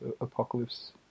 apocalypse